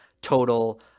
total